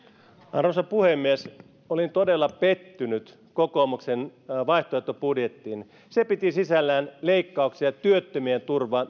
arvoisa puhemies olin todella pettynyt kokoomuksen vaihtoehtobudjettiin se piti sisällään merkittäviä määriä leikkauksia työttömien